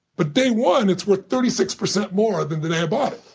but day one, it's worth thirty six percent more than the day i bought